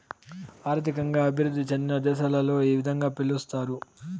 ఆర్థికంగా అభివృద్ధి చెందిన దేశాలలో ఈ విధంగా పిలుస్తారు